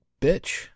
bitch